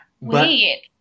Wait